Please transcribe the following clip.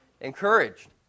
encouraged